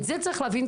את זה צריך להבין,